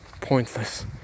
pointless